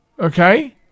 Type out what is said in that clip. Okay